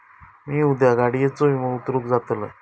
मी उद्या गाडीयेचो विमो उतरवूक जातलंय